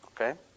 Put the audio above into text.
Okay